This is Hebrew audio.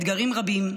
אז, נכון, האתגרים רבים,